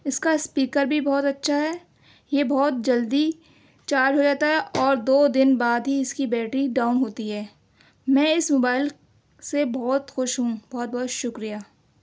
اِس کا اسپیکر بھی بہت اچھا ہے یہ بہت جلدی چارج ہو جاتا ہے اور دو دِن بعد ہی اِس کی بیٹری ڈاؤن ہوتی ہے میں اِس موبائل سے بہت خوش ہوں بہت بہت شُکریہ